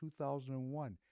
2001